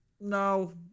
no